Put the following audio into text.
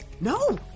No